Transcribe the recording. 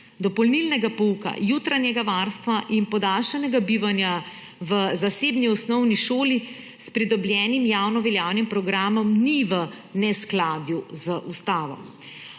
dopolnilnega pouka, jutranjega varstva in podaljšanega bivanja v zasebni osnovni šoli s pridobljenim javno-veljavnim programom ni v neskladju z ustavo.